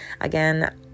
Again